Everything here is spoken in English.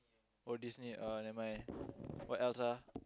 oh Disney uh nevermind what else ah